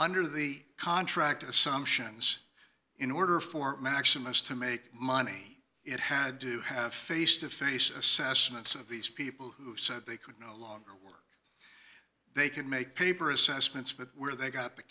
under the contract assumptions in order for maximus to make money it had do have face to face assessments of these people who said they could no longer work they can make paper assessments but where they got the